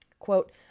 Quote